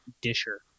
Disher